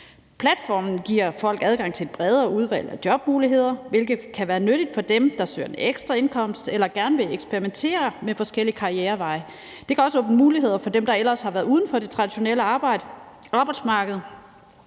Platformene giver folk adgang til et bredere udvalg af jobmuligheder, hvilket kan være nyttigt for dem, der søger en ekstra indkomst eller gerne vil eksperimentere med forskellige karriereveje. Det kan også åbne muligheder for dem, der ellers har været uden for det traditionelle arbejdsmarked,